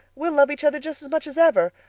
we'll love each other just as much as ever.